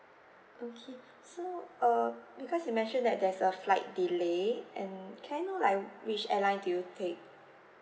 okay so uh because you mentioned that there's a flight delay and um can I know like which airline do you take